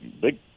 big